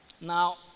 Now